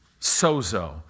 Sozo